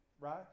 Right